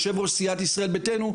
יו"ר סיעת ישראל ביתנו,